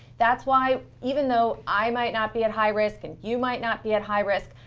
that's why, even though i might not be at high risk and you might not be at high risk,